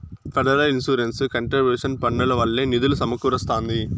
federal insurance contribution పన్నుల వల్లే నిధులు సమకూరస్తాంది